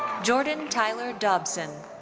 jordan tyler dobson.